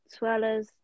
Swellers